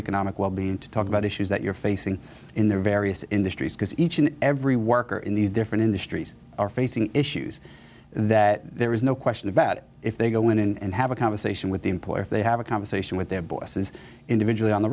economic well being to talk about issues that you're facing in their various industries because each and every worker in these different industries are facing issues that there is no question about it if they go in and have a conversation with the employer they have a conversation with their bosses individually on the